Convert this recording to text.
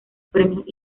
premios